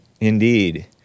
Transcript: Indeed